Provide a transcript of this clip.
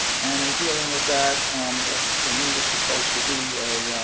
and in dealing with that what for me was supposed to be